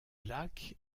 lac